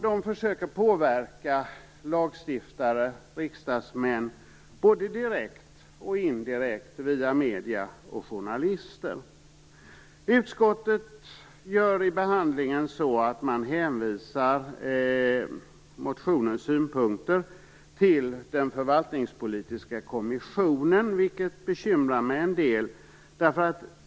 De försöker påverka lagstiftare, riksdagsmän, både direkt och indirekt via medierna och journalister. Utskottet hänvisar i behandlingen motionens synpunkter till den förvaltningspolitiska kommissionen, vilket bekymrar mig en del.